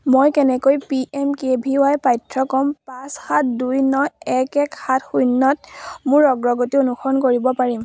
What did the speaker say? মই কেনেকৈ P M K V Y পাঠ্যক্ৰম পাঁচ সাত দুই ন এক এক সাত শূন্যত মোৰ অগ্ৰগতি অনুসৰণ কৰিব পাৰিম